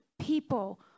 people